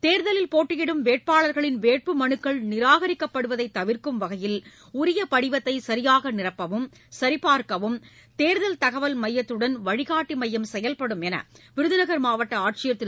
தேர்தலில் போட்டியிடும் வேட்பாளர்களின் வேட்புமலுக்கள் நிராகரிக்கப்படுவதைதவிர்க்கும் வகையில் உரியபடிவத்தைசரியாகநிரப்பவும் சரிபார்க்கவும் தேர்தல் தகவல் மையத்துடன் வழிகாட்டிமையம் செயல்படும் என்றுவிருதுநகர் மாவட்டஆட்சியர் திரு